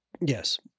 Yes